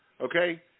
Okay